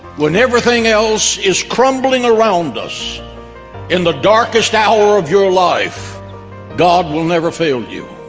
when everything else is crumbling around us in the darkest hour of your life god will never fail you